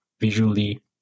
visually